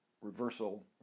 reversal